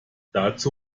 dazu